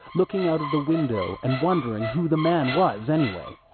looking out of the window and wondering who the man was, anyway.